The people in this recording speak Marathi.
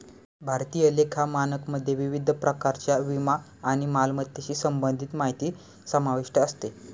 भारतीय लेखा मानकमध्ये विविध प्रकारच्या विमा आणि मालमत्तेशी संबंधित माहिती समाविष्ट असते